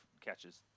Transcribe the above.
catches